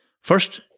First